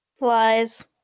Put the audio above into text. Lies